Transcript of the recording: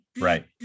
right